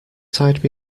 tide